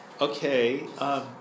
Okay